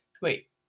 wait